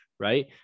Right